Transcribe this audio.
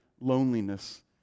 loneliness